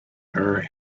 her